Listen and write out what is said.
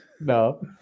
No